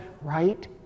right